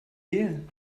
wählen